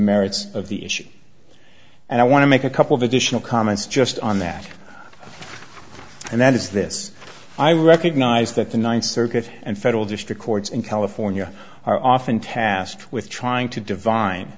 merits of the issue and i want to make a couple of additional comments just on that and that is this i recognize that the ninth circuit and federal district courts in california are often tasked with trying to divine